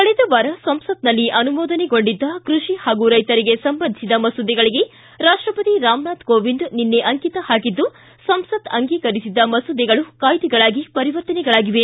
ಕಳೆದ ವಾರ ಸಂಸತ್ನಲ್ಲಿ ಅನುಮೋದನೆಗೊಂಡಿದ್ದ ಕೃಷಿ ಹಾಗೂ ರೈತರಿಗೆ ಸಂಬಂಧಿಸಿದ ಮಸೂದೆಗಳಿಗೆ ರಾಷ್ಟಪತಿ ರಾಮನಾಥ ಕೋವಿಂದ್ ನಿನ್ನೆ ಅಂಕಿತ ಹಾಕಿದ್ದು ಸಂಸತ್ ಅಂಗೀಕರಿಸಿದ್ದ ಮಸೂದೆಗಳು ಕಾಯ್ದೆಗಳಾಗಿ ಪರಿವರ್ತನೆಗಳಾಗಿವೆ